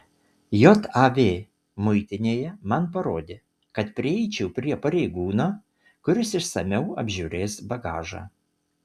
jav muitinėje man parodė kad prieičiau prie pareigūno kuris išsamiau apžiūrės bagažą